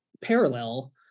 parallel